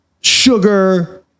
sugar